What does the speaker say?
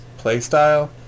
playstyle